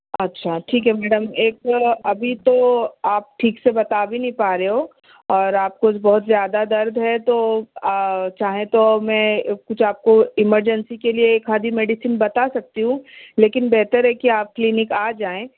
اچھا ٹھیک ہے میڈم ایک ابھی تو آپ ٹھیک سے بتا بھی نہیں پا رہے ہو اور آپ کو بہت زیادہ درد ہے تو چاہیں تو میں کچھ آپ کو ایمرجینسی کے لیے ایک آدھی میڈیسن بتا سکتی ہوں لیکن بہتر ہے کہ آپ کلینک آ جائیں